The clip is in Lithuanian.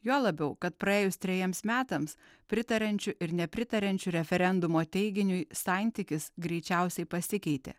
juo labiau kad praėjus trejiems metams pritariančių ir nepritariančių referendumo teiginiui santykis greičiausiai pasikeitė